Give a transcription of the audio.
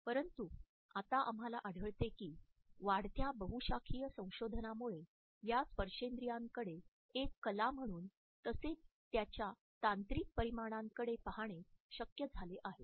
परंतु आता आम्हाला आढळते की वाढत्या बहुशाखीय संशोधनामुळे या स्पर्शेंद्रियाकडे एक कला म्हणून तसेच त्याच्या तांत्रिक परिमाणांकडे पाहणे शक्य झाले आहे